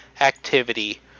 Activity